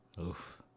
Oof